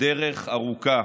דרך ארוכה